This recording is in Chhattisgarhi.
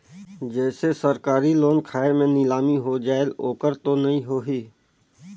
जैसे सरकारी लोन खाय मे नीलामी हो जायेल ओकर तो नइ होही?